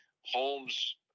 Holmes –